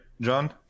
John